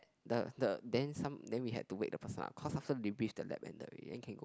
the the then some then we had to wake the person up cause after debrief the lab ended already then can go